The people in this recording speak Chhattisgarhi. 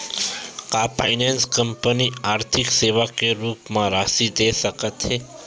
का फाइनेंस कंपनी आर्थिक सेवा के रूप म राशि दे सकत हे?